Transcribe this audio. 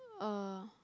uh